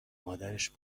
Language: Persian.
مادرش